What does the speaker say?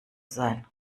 sein